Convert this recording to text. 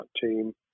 team